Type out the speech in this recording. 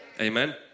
Amen